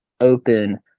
open